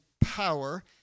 Power